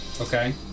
okay